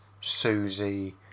Susie